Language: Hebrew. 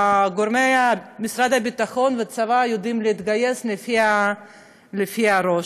גורמי משרד הביטחון והצבא יודעים להתגייס לפי הראש.